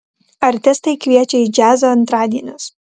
artistai kviečia į džiazo antradienius